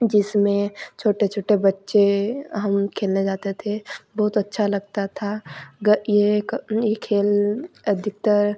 जिसमें छोटे छोटे बच्चे हम खेलने जाते थे बहुत अच्छा लगता था गई एक यह खेल अधिकतर